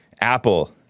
Apple